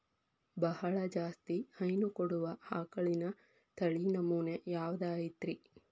ಬಹಳ ಜಾಸ್ತಿ ಹೈನು ಕೊಡುವ ಆಕಳಿನ ತಳಿ ನಮೂನೆ ಯಾವ್ದ ಐತ್ರಿ?